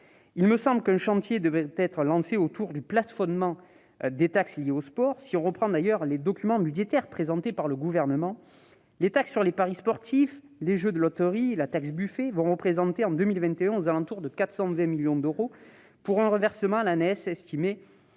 Il me semble qu'un chantier devrait être lancé autour du plafonnement des taxes liées au sport. Selon les documents budgétaires présentés par le Gouvernement, les taxes sur les paris sportifs, les jeux de loterie et la taxe Buffet représenteront en 2021 une recette d'environ 420 millions d'euros, pour un reversement à l'ANS estimé